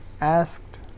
asked